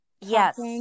Yes